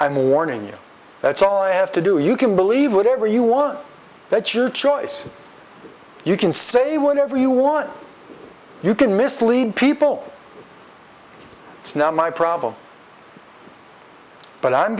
i'm warning you that's all i have to do you can believe whatever you want that's your choice you can say whatever you want you can mislead people it's not my problem but i'm